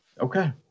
Okay